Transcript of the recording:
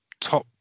top